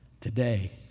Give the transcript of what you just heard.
Today